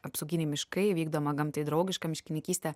apsauginiai miškai vykdoma gamtai draugiška miškininkystė